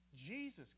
Jesus